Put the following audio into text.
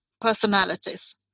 personalities